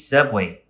Subway